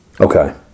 Okay